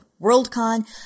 WorldCon